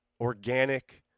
organic